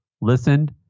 listened